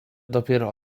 dopiero